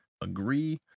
agree